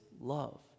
love